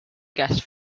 gas